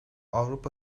avrupa